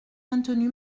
maintenu